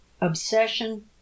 obsession